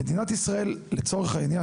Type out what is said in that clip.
לצורך העניין,